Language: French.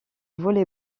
volley